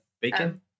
bacon